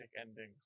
ending